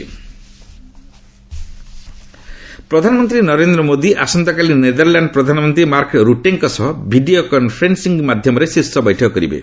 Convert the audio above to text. PM Netherlands summit ପ୍ରଧାନମନ୍ତ୍ରୀ ନରେନ୍ଦ୍ର ମୋଦି ଆସନ୍ତାକାଲି Netherlands ପ୍ରଧାନମନ୍ତ୍ରୀ ମାର୍କ ରୁଟେଙ୍କ ସହ ଭିଡ଼ିଓ କନ୍ଫରେନ୍ସିଂ ମାଧ୍ୟମରେ ଶୀର୍ଷ ବୈଠକ କରିବେ